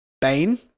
Bane